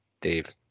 Dave